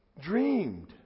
dreamed